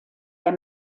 der